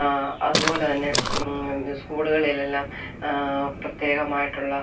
അതുപോലെ തന്നെ സ്കൂളുകളിലെല്ലാം പ്രത്യേകമായിട്ടുള്ള